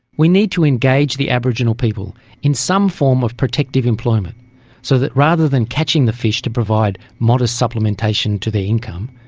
we need to engage the aboriginal people in some form of protective employment so that rather than catching the fish to provide modest supplementation to their income,